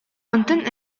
онтон